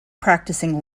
practicing